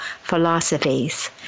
philosophies